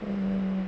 um